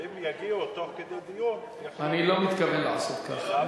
ואם יגיעו תוך כדי דיון, אני לא מתכוון לעשות ככה.